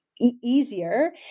easier